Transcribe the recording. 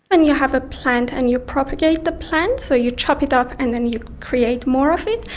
and you have a plant and you propagate the plant, so you chop it up and then you create more of it,